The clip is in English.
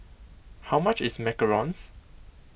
how much is macarons